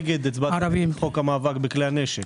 הצבעת נגד חוק המאבק בכלי הנשק.